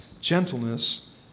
gentleness